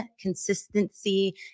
consistency